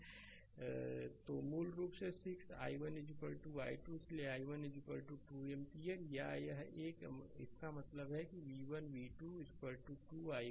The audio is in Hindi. स्लाइड समय देखें 1650 तो मूल रूप से 6 i1 12 इसलिए i1 2 एम्पीयर या यह एक इसका मतलब है कि v1 v1 2 i1